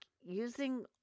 Using